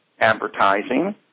advertising